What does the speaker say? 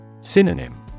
Synonym